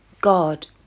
God